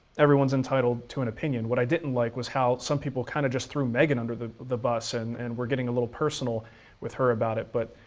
everyone's entitled to an opinion. what i didn't like was how some people kind of just threw megan under the the bus and and were getting a little personal with her about it. but